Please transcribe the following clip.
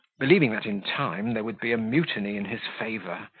believing that in time there would be a mutiny in his favour,